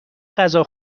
غذا